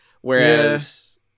whereas